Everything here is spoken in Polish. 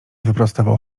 wyprostował